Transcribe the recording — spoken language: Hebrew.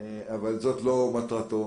אבל זאת לא מטרתו